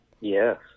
Yes